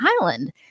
Island